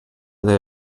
they